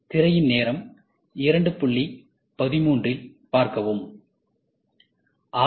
திரையின் நேரம் 0213இல் பார்க்கவும் ஆர்